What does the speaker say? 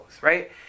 right